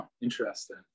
Interesting